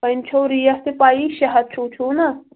وۄنۍ چھو ریٹ تہِ پیی شیٚے چھُو چھُو نا